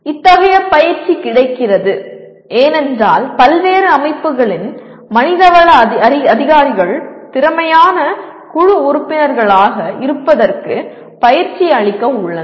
இத்தகைய பயிற்சி கிடைக்கிறது ஏனென்றால் பல்வேறு அமைப்புகளின் மனிதவள அதிகாரிகள் திறமையான குழு உறுப்பினர்களாக இருப்பதற்கு பயிற்சி அளிக்க உள்ளனர்